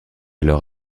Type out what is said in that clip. alors